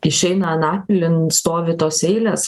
išeina anapilin stovi tos eilės